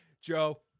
Joe